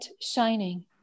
shining